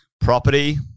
property